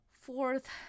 fourth